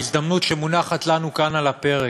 ההזדמנות שמונחת לנו כאן על הפרק,